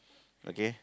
okay